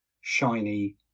shiny